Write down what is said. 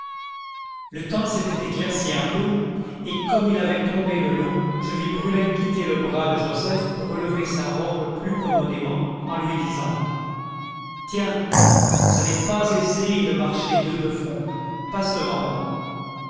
le temps s'était éclairci un peu et comme il avait tombé de l'eau je vis brulette quitter le bras de joseph pour relever sa robe plus commodément en lui disant tiens ça n'est pas aisé de marcher deux de front passe devant moi